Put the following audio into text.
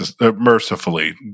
mercifully